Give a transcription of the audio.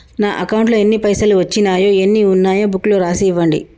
నా అకౌంట్లో ఎన్ని పైసలు వచ్చినాయో ఎన్ని ఉన్నాయో బుక్ లో రాసి ఇవ్వండి?